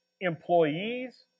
employees